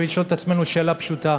ולשאול את עצמנו שאלה פשוטה: